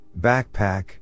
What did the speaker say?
backpack